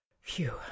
Phew